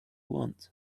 want